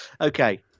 Okay